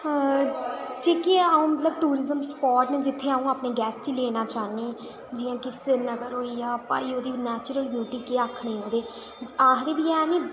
जेह्कियां अ'ऊं मतलब टूरीजम स्पाट न जित्थै अ'ऊं अपने गैस्ट गी लेना चाहन्नीं जि'यां की श्रीनगर होई गेया भाई ओह्दी नेचरल ब्यूटी केह् आक्खने ओह्दे आखदे बी हैन नेईं